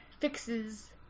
fixes